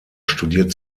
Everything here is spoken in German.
studiert